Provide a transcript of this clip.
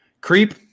Creep